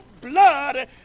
blood